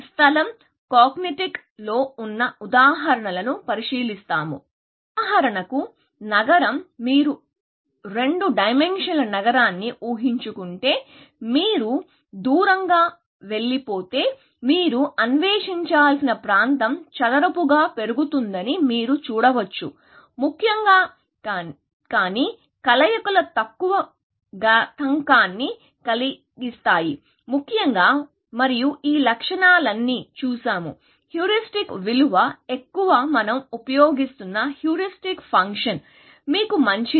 స్థలం కాగ్నాటిక్ లో ఉన్న ఉదాహరణలను పరిశీలిస్తాము ఉదాహరణకు నగరం మీరు 2 డైమెన్షనల్ నగరాన్ని ఊహించుకుంటే మీరు దూరంగా వెళ్ళిపోతే మీరు అన్వేషించాల్సిన ప్రాంతం చదరపుగా పెరుగుతుందని మీరు చూడవచ్చు ముఖ్యంగా కానీ కలయికలు తక్కువ ఘాతాంకాన్ని కలిగిస్తాయి ముఖ్యంగా మరియు ఈ లక్షణాలని చూశాము హ్యూరిస్టిక్ విలువ ఎక్కువ మనం ఉపయోగిస్తున్న హ్యూరిస్టిక్ ఫంక్షన్ మీకు మంచిది